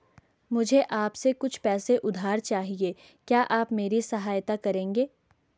मुझे आपसे कुछ पैसे उधार चहिए, क्या आप मेरी सहायता करेंगे?